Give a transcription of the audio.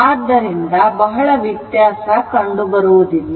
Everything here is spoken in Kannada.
ಆದ್ದರಿಂದ ಬಹಳ ವ್ಯತ್ಯಾಸ ಕಂಡುಬರುವುದಿಲ್ಲ